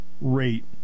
rate